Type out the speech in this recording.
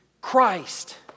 Christ